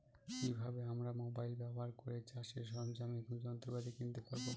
কি ভাবে আমরা মোবাইল ব্যাবহার করে চাষের সরঞ্জাম এবং যন্ত্রপাতি কিনতে পারবো?